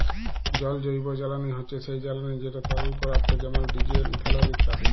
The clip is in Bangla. জল জৈবজ্বালানি হছে সেই জ্বালানি যেট তরল পদাথ্থ যেমল ডিজেল, ইথালল ইত্যাদি